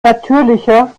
natürlicher